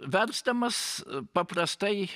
versdamas paprastai